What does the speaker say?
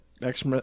next